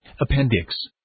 Appendix